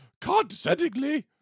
condescendingly